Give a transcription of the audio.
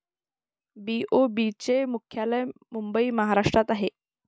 BOB चे मुख्यालय मुंबई महाराष्ट्रात आहे